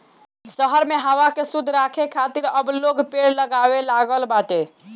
शहर में हवा के शुद्ध राखे खातिर अब लोग पेड़ लगावे लागल बाटे